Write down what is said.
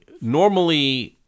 Normally